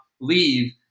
leave